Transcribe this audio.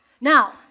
Now